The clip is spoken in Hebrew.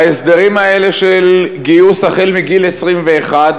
בהסדרים האלה של גיוס החל מגיל 21,